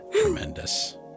Tremendous